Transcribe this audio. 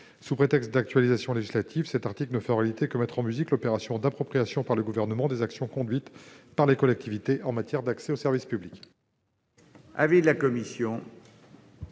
Sous prétexte d'actualisation législative, cet article ne fait en réalité que mettre en musique l'opération d'appropriation par le Gouvernement des actions conduites par les collectivités en matière d'accès aux services publics.